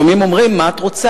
כי לפעמים אומרים לי: מה את רוצה?